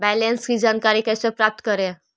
Balance की जानकारी कैसे प्राप्त करे?